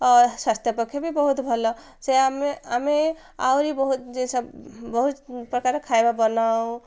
ଅ ସ୍ୱାସ୍ଥ୍ୟ ପକ୍ଷେ ବି ବହୁତ ଭଲ ସେ ଆମେ ଆମେ ଆହୁରି ବହୁତ ଜିନିଷ ବହୁତ ପ୍ରକାର ଖାଇବା ବନାଉ